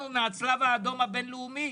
אנחנו מהצלב האדום הבינלאומי,